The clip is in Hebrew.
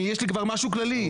יש לי כבר משהו כללי.